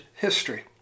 history